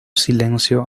silencio